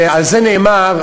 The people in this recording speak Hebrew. ועל זה נאמר,